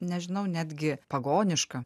nežinau netgi pagoniška